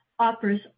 offers